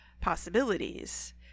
possibilities